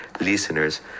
listeners